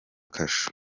kasho